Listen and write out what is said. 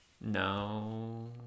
no